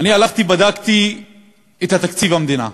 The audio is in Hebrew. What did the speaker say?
הלכתי, בדקתי את תקציב המדינה.